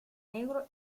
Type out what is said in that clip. negro